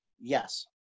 yes